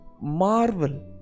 marvel